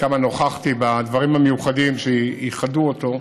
כמה נוכחתי בדברים המיוחדים שייחדו אותו,